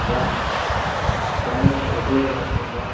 वा सामाजिकम् उपयोगार्थं वा